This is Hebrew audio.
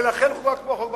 ולכן חוקק פה החוק בכנסת.